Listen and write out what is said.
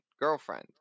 Girlfriend